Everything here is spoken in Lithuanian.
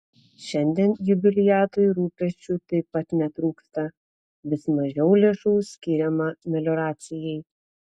šiandien jubiliatui rūpesčių taip pat netrūksta vis mažiau lėšų skiriama melioracijai